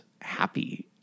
happy